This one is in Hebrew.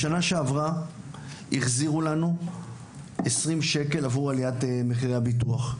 בשנה שעברה החזירו לנו 20 שקלים עבור עליית מחירי הביטוח.